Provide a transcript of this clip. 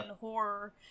horror